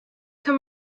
kann